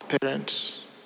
parents